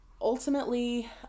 ultimately